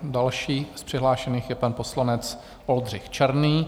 Další z přihlášených je pan poslanec Oldřich Černý.